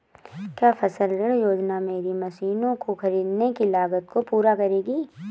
क्या फसल ऋण योजना मेरी मशीनों को ख़रीदने की लागत को पूरा करेगी?